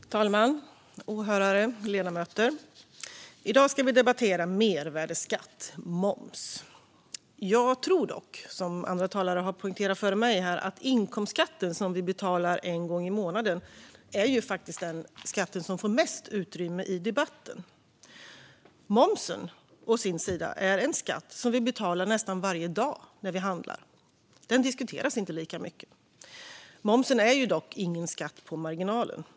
Fru talman, åhörare och ledamöter! I dag debatterar vi mervärdesskatt, moms. Jag tror, som andra talare före mig har poängterat, att inkomstskatten som vi betalar en gång i månaden är den skatt som får mest utrymme i debatten. Momsen, å sin sida, är en skatt som vi betalar nästan varje dag när vi handlar. Den diskuteras inte lika mycket. Momsen är dock ingen skatt på marginalen.